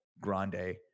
grande